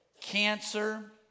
cancer